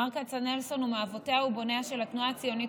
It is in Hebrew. מר כצנלסון הוא מאבותיה ובוניה של התנועה הציונית,